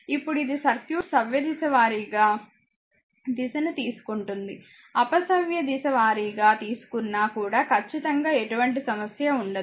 ఇప్పుడు ఇది సర్క్యూట్ సవ్యదిశ వారీగా దిశను తీసుకుంటుంది అపసవ్యదిశ వారీగా తీసుకున్నా కూడా ఖచ్చితంగా ఎటువంటి సమస్య ఉండదు